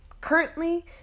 Currently